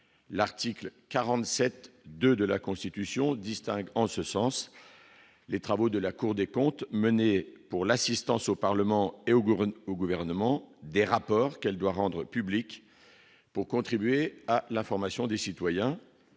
l'article 47 2 de la Constitution distingue en ce sens, les travaux de la Cour des comptes menée pour l'assistance au Parlement et au Burundi au gouvernement des rapports qu'elle doit rendre public pour contribuer à l'information des citoyens